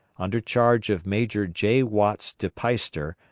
under charge of major j. watts de peyster,